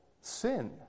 sin